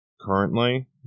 currently